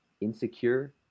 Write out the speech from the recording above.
Insecure